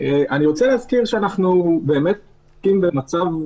מסכים עם מה שאמר גור,